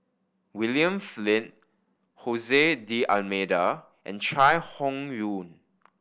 William Flint D'Almeida and Chai Hon Yoong